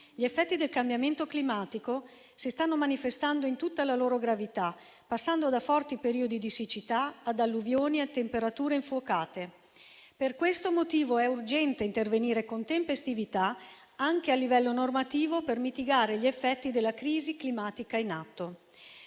Gli effetti del cambiamento climatico si stanno manifestando in tutta la loro gravità, passando da forti periodi di siccità ad alluvioni ed a temperature infuocate. Per questo motivo, è urgente intervenire con tempestività, anche a livello normativo, per mitigare gli effetti della crisi climatica in atto.